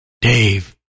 Dave